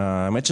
האמת,